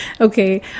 okay